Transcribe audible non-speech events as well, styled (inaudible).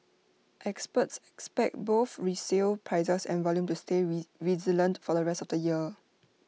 experts expect both resale prices and volume to stay (unintelligible) resilient for the rest of the year